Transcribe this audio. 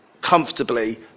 comfortably